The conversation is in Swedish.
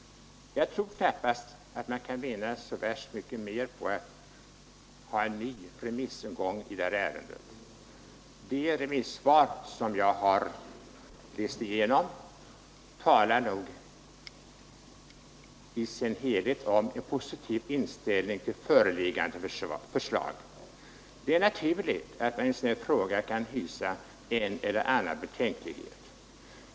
Jag tror knappast att man kan vinna så värst mycket på att ha en ny remissomgång. De remissvar som jag har läst igenom talar om en i stort sett positiv inställning till föreliggande förslag Det är naturligt att man i en sådan här fråga hyser en eller annan betänklighet.